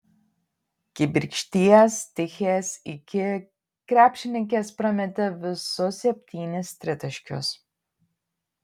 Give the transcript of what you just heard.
kibirkšties tichės iki krepšininkės prametė visus septynis tritaškius